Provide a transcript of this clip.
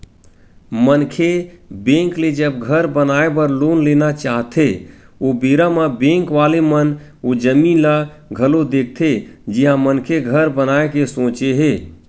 मनखे बेंक ले जब घर बनाए बर लोन लेना चाहथे ओ बेरा म बेंक वाले मन ओ जमीन ल घलो देखथे जिहाँ मनखे घर बनाए के सोचे हे